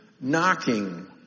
knocking